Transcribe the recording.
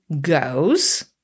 goes